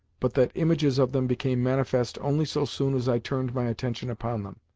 but that images of them became manifest only so soon as i turned my attention upon them,